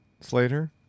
Slater